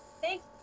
Thanks